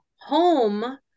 home